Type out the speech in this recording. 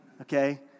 okay